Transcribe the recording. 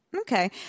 Okay